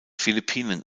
philippinen